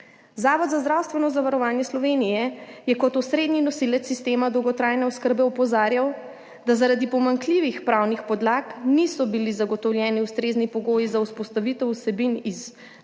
Zavod za zdravstveno zavarovanje Slovenije je kot osrednji nosilec sistema dolgotrajne oskrbe opozarjal, da zaradi pomanjkljivih pravnih podlag niso bili zagotovljeni ustrezni pogoji za vzpostavitev vsebin iz